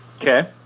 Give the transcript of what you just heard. Okay